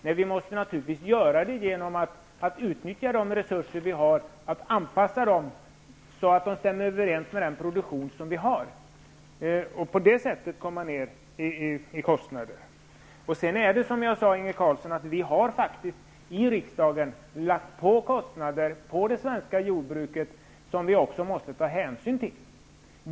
Nej, vi måste naturligtvis göra detta genom att utnyttja våra resurser och anpassa dem, så att de stämmer överens med den produktion som vi har för att på det sättet komma ner i kostnader. Som jag sade, Inge Carlsson, har ju faktiskt riksdagen lagt kostnader på det svenska jordbruket som vi måste ta hänsyn till.